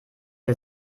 der